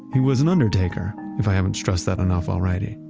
he was an undertaker, if i haven't stressed that enough already.